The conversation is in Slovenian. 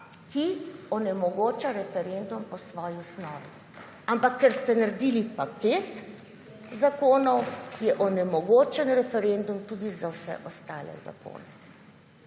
ki onemogoča referendum po svoji osnovi, ampak, ker ste naredili paket zakonov je onemogočen referendum tudi za vse ostale zakone.